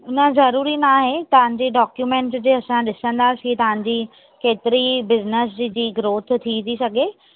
न ज़रूरी न आहे तव्हांजी डाक्यूमेंट जे असां ॾिसंदासी तव्हांजी केतिरी बिजनेस जी ग्रोथ थी थी सघे